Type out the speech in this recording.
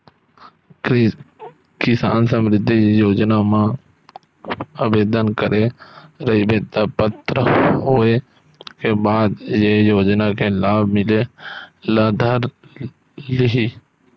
किसान समरिद्धि योजना म आबेदन करे रहिबे त पात्र होए के बाद ए योजना के लाभ मिले ल धर लिही